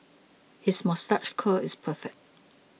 his moustache curl is perfect